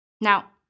Now